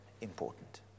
important